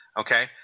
Okay